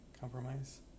Compromise